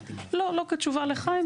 לא, לא כתשובה לחיים.